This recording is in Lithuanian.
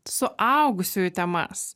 suaugusiųjų temas